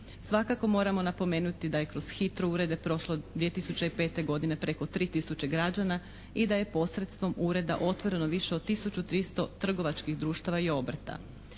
Svakako moramo napomenuti da je kroz Hitro urede prošlo 2005. godine preko 3 tisuće građana i da je posredstvom ureda otvoreno više od tisuću tristo trgovačkih društava i obrta.